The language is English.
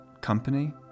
company